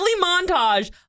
montage